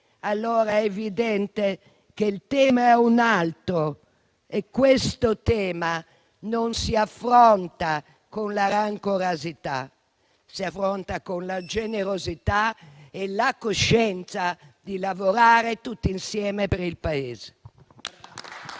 è dunque evidente che il tema è un altro. Questo tema non si affronta con il rancore, ma con la generosità e la coscienza di lavorare tutti insieme per il Paese.